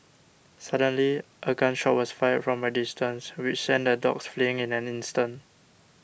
suddenly a gun shot was fired from a distance which sent the dogs fleeing in an instant